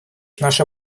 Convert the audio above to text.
наша